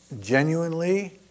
genuinely